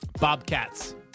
Bobcats